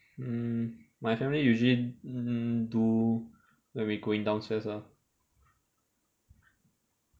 mm my family usually mm do when we going downstairs lah